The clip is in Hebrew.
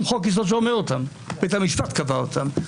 חוק יסוד שאומר אותם בית המשפט קבע אותם.